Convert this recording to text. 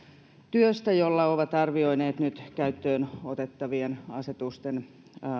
työstä jolla he ovat arvioineet nyt käyttöön otettavien asetusten